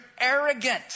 arrogant